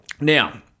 Now